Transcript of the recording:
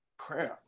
crap